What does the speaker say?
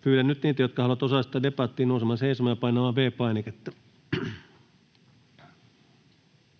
Pyydän nyt niitä, jotka haluavat osallistua debattiin, nousemaan seisomaan ja painamaan V-painiketta.